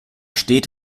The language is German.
steht